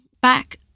Back